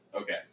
Okay